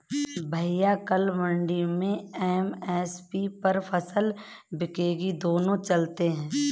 भैया कल मंडी में एम.एस.पी पर फसल बिकेगी दोनों चलते हैं